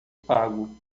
pago